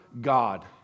God